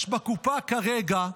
יש בקופה כרגע,